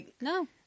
No